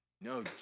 No